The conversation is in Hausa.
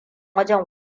wajen